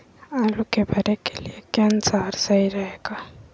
आलू के भरे के लिए केन सा और सही रहेगा?